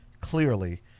Clearly